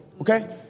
Okay